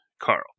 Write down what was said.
Carl